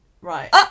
right